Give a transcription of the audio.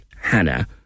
Hannah